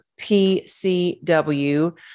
PCW